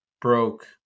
broke